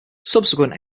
subsequent